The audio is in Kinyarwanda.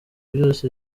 byose